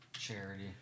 Charity